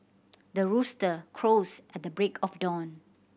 the rooster crows at the break of dawn